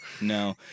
No